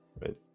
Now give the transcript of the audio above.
right